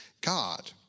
God